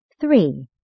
Three